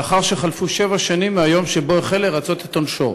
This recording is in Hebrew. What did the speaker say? לאחר שחלפו שבע שנים מהיום שבו החל לרצות את עונשו.